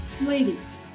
Ladies